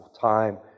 time